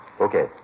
Okay